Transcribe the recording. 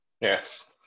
Yes